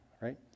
right